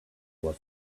was